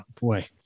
Boy